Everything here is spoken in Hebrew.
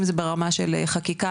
אם זה ברמה של חקיקה,